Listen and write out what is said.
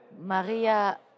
Maria